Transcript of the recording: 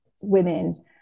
women